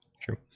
true